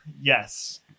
Yes